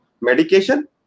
Medication